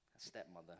stepmother